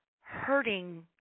hurting